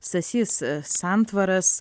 stasys santvaras